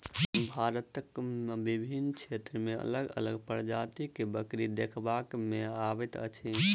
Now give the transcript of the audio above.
भारतक विभिन्न क्षेत्र मे अलग अलग प्रजातिक बकरी देखबा मे अबैत अछि